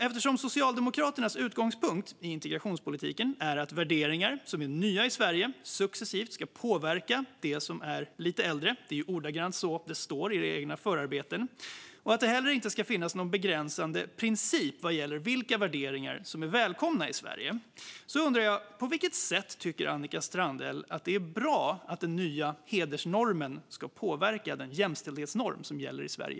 Eftersom Socialdemokraternas utgångspunkt i integrationspolitiken är att värderingar som är nya i Sverige successivt ska påverka de som är lite äldre - det står ordagrant så i era förarbeten - och att det heller inte ska finnas någon begränsande princip vad gäller vilka värderingar som är välkomna i Sverige, undrar jag: På vilket sätt tycker Annika Strandhäll att det är bra att den nya hedersnormen ska påverka den jämställdhetsnorm som just nu gäller i Sverige?